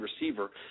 receiver